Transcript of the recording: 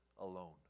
alone